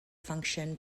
function